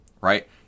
right